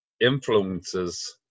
influences